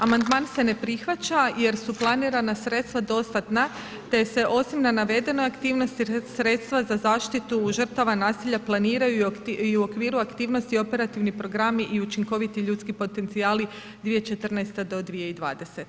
Amandman se ne prihvaća jer su planirana sredstva dostatna te se osim na navedene aktivnosti, sredstva za zaštitu žrtava nasilja planiraju i u okviru aktivnosti Operativni programi i učinkoviti ljuski potencijali 2014.-2020.